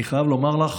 אני חייב לומר לך